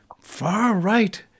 far-right